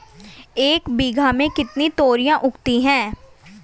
एक बीघा में कितनी तोरियां उगती हैं?